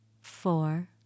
Four